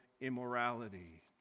immorality